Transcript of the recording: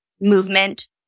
movement